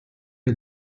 ihr